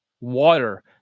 water